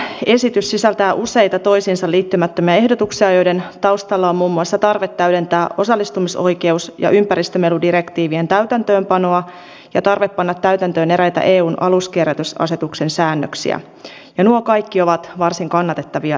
tämä hallituksen esitys sisältää useita toisiinsa liittymättömiä ehdotuksia joiden taustalla on muun muassa tarve täydentää osallistumisoikeus ja ympäristömeludirektiivien täytäntöönpanoa ja tarve panna täytäntöön eräitä eun aluskierrätysasetuksen säännöksiä ja nuo kaikki ovat varsin kannatettavia esityksiä